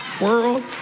world